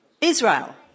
Israel